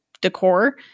decor